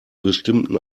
bestimmten